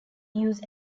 use